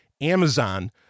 amazon